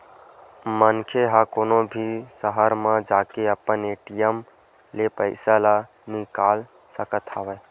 मनखे ह कोनो भी सहर म जाके अपन ए.टी.एम ले पइसा ल निकाल सकत हवय